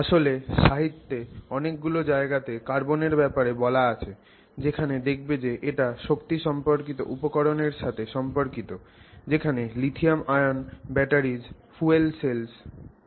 আসলে সাহিত্যে অনেকগুলো জায়গাতে কার্বনের ব্যাপারে বলা আছে যেখানে দেখবে যে এটা শক্তি সম্পর্কিত উপকরণ এর সাথে সম্পর্কিত যেমন lithium ion batteries fuel cells